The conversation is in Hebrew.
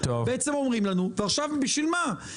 ובשביל מה?